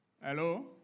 Hello